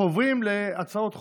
אנחנו עוברים להצעות חוק.